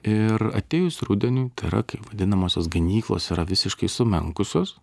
ir atėjus rudeniui tai yra kai ir vadinamosios ganyklos yra visiškai sumenkusios